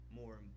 more